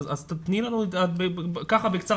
תני לנו בקצרה,